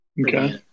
Okay